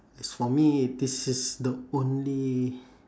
as for me this is the only